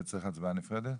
זה צריך הצבעה נפרדת?